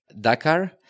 Dakar